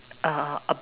uh